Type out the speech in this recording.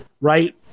right